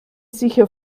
sicher